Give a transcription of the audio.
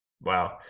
Wow